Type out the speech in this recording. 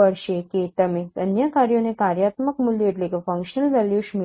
પડશે કે તમે અન્ય સ્થળોએ કાર્યાત્મક મૂલ્યો મેળવશો